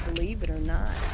believe it or not.